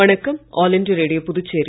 வணக்கம் all India Radio Puducherry